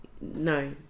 No